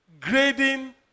grading